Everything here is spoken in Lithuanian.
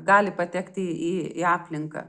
gali patekti į į aplinką